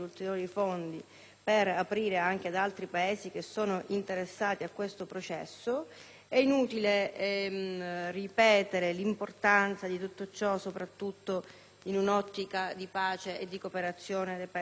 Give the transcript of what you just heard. per aprire anche ad altri Paesi che sono interessati a questo processo. È inutile ripetere l'importanza di tutto ciò, soprattutto in un'ottica di pace e di cooperazione con i Paesi del Mediterraneo.